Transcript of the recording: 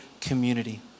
community